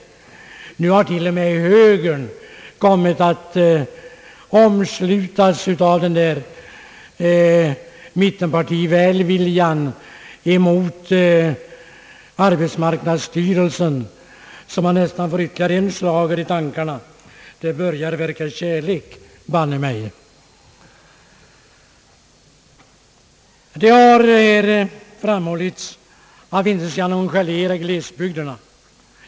Men nu har t.o.m. högern kommit att anamma denna hastigt påkomna mittenpartivälvilja emot arbetsmarknadsstyrelsen, så man får ytterligare en schlager i tankarna »Det börjar verka kärlek, banne mig». Det har här framhållits, att vi inte skall nonchalera glesbygderna.